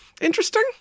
Interesting